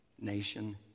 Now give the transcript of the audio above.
nation